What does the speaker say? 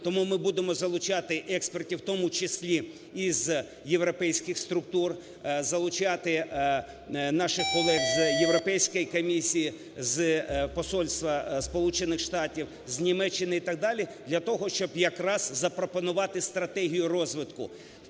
Тому ми будемо залучати експертів, в тому числі із європейських структур, залучати наших колег з Європейської комісії, з посольства Сполучених Штатів, з Німеччини і так далі, для того, щоб якраз запропонувати стратегію розвитку.